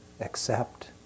accept